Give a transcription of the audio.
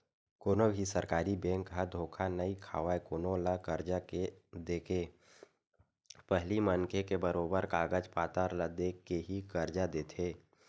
कोनो भी सरकारी बेंक ह धोखा नइ खावय कोनो ल करजा के देके पहिली मनखे के बरोबर कागज पतर ल देख के ही करजा देथे